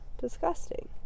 Disgusting